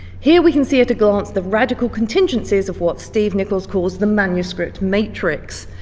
here we can see at a glance the radical contingencies of what steve nichols calls the manuscript matrix.